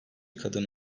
kadın